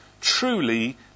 truly